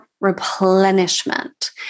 replenishment